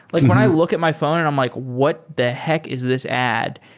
like when i look at my phone and i'm like, what the heck is this ad?